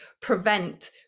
prevent